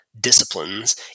disciplines